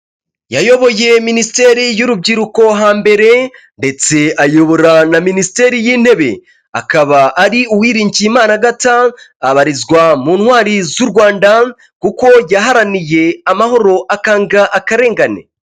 Yayoboye minisiteri y'urubyiruko hambere, ndetse ayobora na minisiteri y'intebe akaba ari Uwiriningiyimana Agata abarizwa mu ntwari z'u rwanda, kuko yaharaniye amahoro akanga akarengane.